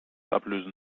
ablösen